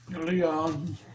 Leon